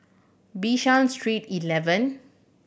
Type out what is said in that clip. Bishan Street Eleven